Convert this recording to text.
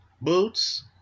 Boots